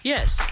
Yes